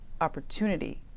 opportunity